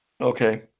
Okay